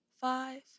five